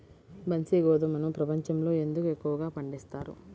బన్సీ గోధుమను ప్రపంచంలో ఎందుకు ఎక్కువగా పండిస్తారు?